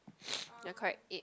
ya correct eight